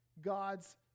God's